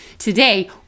Today